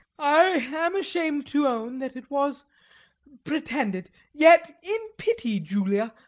i am ashamed to own that it was pretended yet in pity, julia,